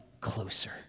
closer